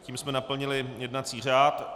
Tím jsme naplnili jednací řád.